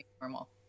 normal